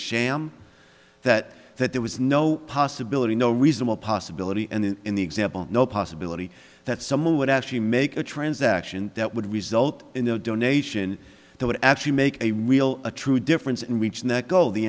sham that that there was no possibility no reasonable possibility and in the example no possibility that someone would actually make a transaction that would result in a donation that would actually make a real a true difference in reaching that goal the